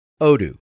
Odoo